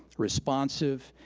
responsive,